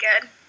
good